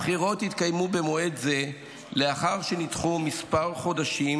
הבחירות התקיימו במועד זה לאחר שנדחו כמה חודשים